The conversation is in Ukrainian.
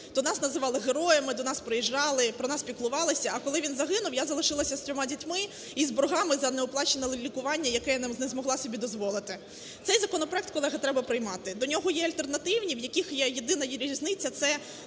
то нас називали героями, до нас приїжджали, про нас піклувалися, а коли він загинув, я залишилася з трьома дітьми і з боргами за неоплачене лікування, яке я не змогла собі дозволити. Цей законопроект, колеги, треба приймати. До нього є альтернативні, в яких є єдина різниця – це